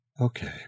Okay